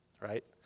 right